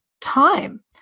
time